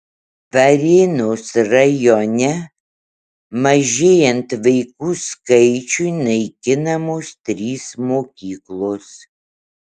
varėnos rajone mažėjant vaikų skaičiui naikinamos trys mokyklos